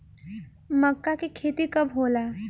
मक्का के खेती कब होला?